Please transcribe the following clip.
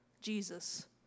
Jesus